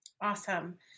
Awesome